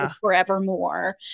forevermore